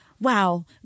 wow